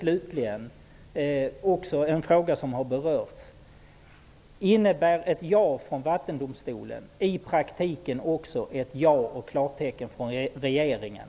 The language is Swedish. Slutligen en fråga som har berörts tidigare: Innebär ett ja från Vattendomstolen i praktiken också ett ja och klartecken från regeringen?